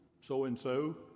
So-and-so